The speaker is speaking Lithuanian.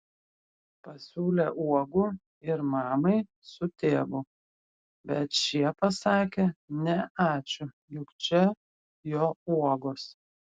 pasiūlė uogų ir mamai su tėvu bet šie pasakė ne ačiū juk čia jo uogos